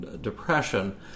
depression